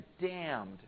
damned